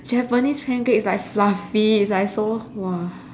japanese pancakes like fluffy it's like so [wah]